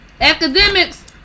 Academics